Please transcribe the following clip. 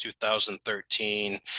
2013